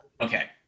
Okay